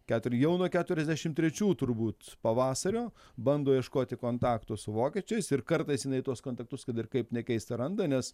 keturi jau nuo keturasdešim trečių turbūt pavasario bando ieškoti kontakto su vokiečiais ir kartais jinai tuos kontaktus kad ir kaip nekeista randa nes